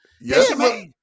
Yes